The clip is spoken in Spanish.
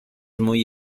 muy